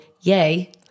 yay